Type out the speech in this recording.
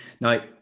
Now